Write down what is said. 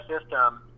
system